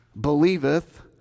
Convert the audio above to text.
believeth